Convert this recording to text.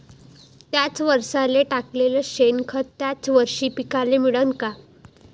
थ्याच वरसाले टाकलेलं शेनखत थ्याच वरशी पिकाले मिळन का?